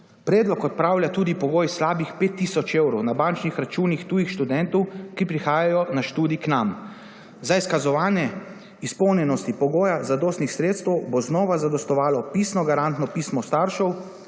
Predlog odpravlja tudi pogoj slabih 5 tisoč evrov na bančnih računih tujih študentov, ki prihajajo na študij k nam. Za izkazovanje izpolnjenosti pogoja zadostnih sredstev bo znova zadostovalo pisno garantno pismo staršev